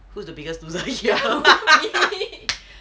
who is the biggest loser